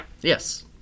Yes